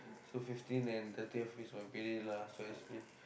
so fifteen and thirtieth is my pay day lah so actually